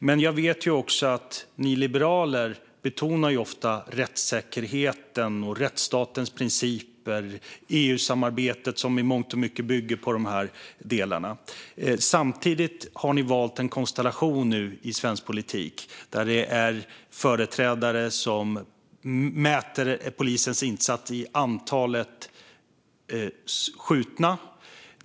Men jag vet också att ni liberaler ofta betonar rättssäkerheten, rättsstatens principer och EU-samarbetet, som i mångt och mycket bygger på de här delarna - och samtidigt har ni valt en konstellation i svensk politik där det finns företrädare som mäter polisens insatser i antalet skjutna.